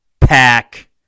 Pack